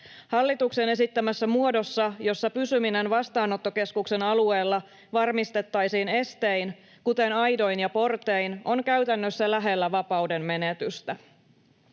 Hallituksen esittämässä muodossa, jossa pysyminen vastaanottokeskuksen alueella varmistettaisiin estein, kuten aidoin ja portein, on käytännössä lähellä vapauden menetystä.